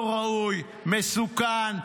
לא ראוי, מסוכן.